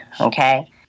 okay